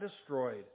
destroyed